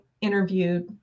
interviewed